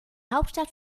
hauptstadt